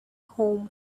home